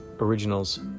originals